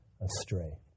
astray